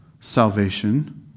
salvation